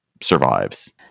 survives